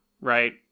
right